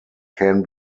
can